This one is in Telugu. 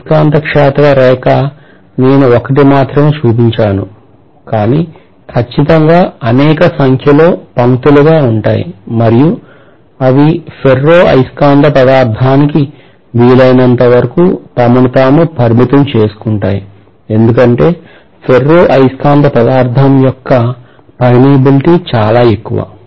అయస్కాంత క్షేత్ర రేఖ నేను ఒకటి మాత్రమే చూపించాను కాని ఖచ్చితంగా అనేక సంఖ్యలో పంక్తులుగా ఉంటాయి మరియు అవి ఫెర్రో అయస్కాంత పదార్థానికి వీలైనంతవరకు తమను తాము పరిమితం చేసుకుంటాయి ఎందుకంటే ఫెర్రో అయస్కాంత పదార్థం యొక్క permeability చాలా ఎక్కువ